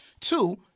Two